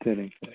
சரிங்க சார்